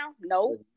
No